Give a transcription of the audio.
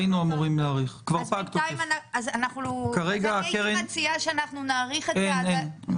אנחנו מצפים מהנהלת הקרן לקבל את נתוני 2020 עד לדיון הבא.